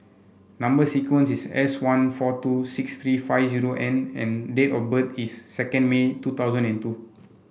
number sequence is S one four two six three five zero N and date of birth is second May two thousand and two